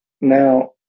Now